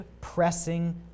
pressing